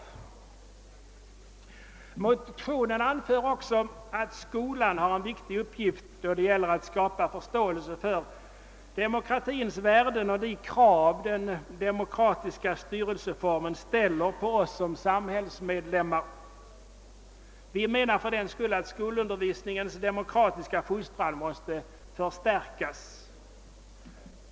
I motionen anförs också att skolan har en viktig uppgift att skapa förståelse för demokratiska värden och de krav den demokratiska styrelseformen ställer på oss som samhällsmedlemmar. Vi menar att den demokratiska fostran i skolundervisningen för den skull måste förstärkas.